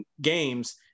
games